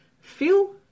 feel